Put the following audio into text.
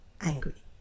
angry